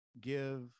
give